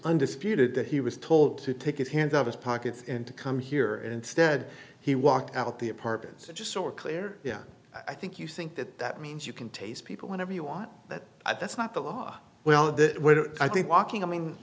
undisputed that he was told to take his hands out his pockets and to come here instead he walked out the apartments and just or claire yeah i think you think that that means you can taste people whatever you want but i that's not the law well i think walking i